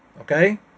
Okay